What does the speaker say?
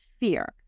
fear